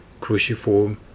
cruciform